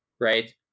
right